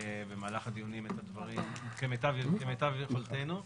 במהלך הדיונים את הדברים כמיטב יכולתנו,